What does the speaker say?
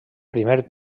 primer